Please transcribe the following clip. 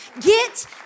Get